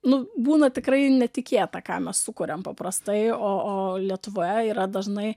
nu būna tikrai netikėta ką mes sukuriam paprastai o o lietuvoje yra dažnai